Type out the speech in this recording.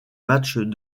matches